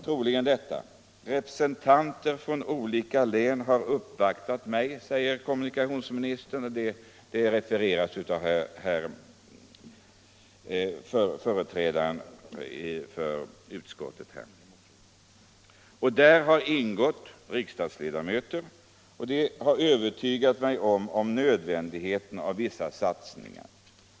Troligen detta: Representanter för olika län har uppvaktat mig, och det har refererats av företrädaren för utskottet; där har ingått riksdagsledamöter, och de har övertygat mig om nödvändigheten av vissa satsningar.